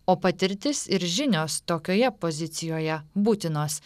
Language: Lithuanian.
o patirtis ir žinios tokioje pozicijoje būtinos